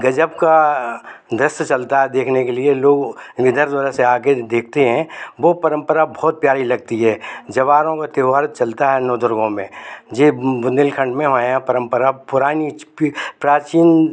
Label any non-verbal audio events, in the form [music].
गजब का दृश्य चलता है देखने के लिए लोग [unintelligible] से आ के देखते हैं वो परम्परा बहुत प्यारी लगती है जवारों का त्यौहार चलता है नवदुर्गों में जे बुंदेलखंड में हमारे यहाँ परम्परा पुरानी प्राचीन